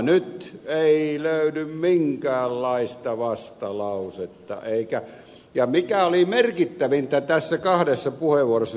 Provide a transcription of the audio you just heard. nyt ei löydy minkäänlaista vastalausetta ja mikä oli merkittävintä näissä kahdessa puheenvuorossa siis ed